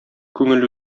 күңел